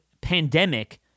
pandemic